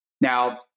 now